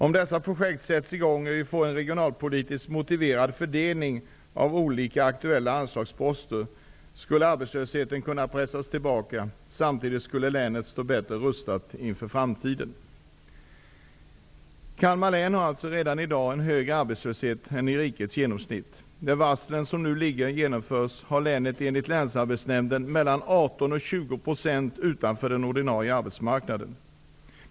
Om dessa projekt sätts i gång och vi får en regionalpolitiskt motiverad fördelning av olika aktuella anslagsposter, skulle arbetslösheten kunna pressas tillbaka. Samtidigt skulle länet stå bättre rustat inför framtiden. Kalmar län har redan i dag en arbetslöshet som är högre än rikets genomsnitt. När de varsel som nu ligger har genomförts har länet, enligt länsarbetsnämnden, 18--20 % av befolkningen utanför den ordinarie arbetsmarknaden.